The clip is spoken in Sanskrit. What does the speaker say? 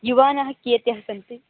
युवानः कियत्यः सन्ति